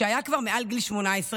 שהיה כבר מעל גיל 18,